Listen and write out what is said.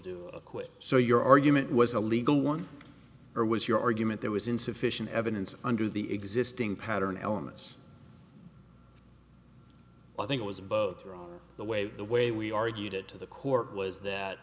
acquit so your argument was a legal one or was your argument there was insufficient evidence under the existing pattern elements i think it was both the way the way we argued it to the court was that